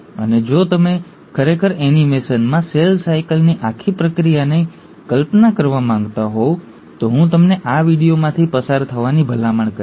અને જો તમે ખરેખર એનિમેશનમાં સેલ સાયકલની આખી પ્રક્રિયાની કલ્પના કરવા માંગતા હોવ તો હું તમને આ વિડિઓમાંથી પસાર થવાની ભલામણ કરીશ